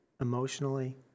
emotionally